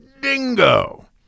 dingo